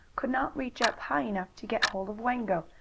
could not reach up high enough to get hold of wango,